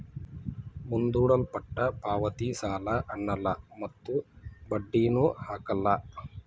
ಮುಂದೂಡಲ್ಪಟ್ಟ ಪಾವತಿ ಸಾಲ ಅನ್ನಲ್ಲ ಮತ್ತು ಬಡ್ಡಿನು ಹಾಕಲ್ಲ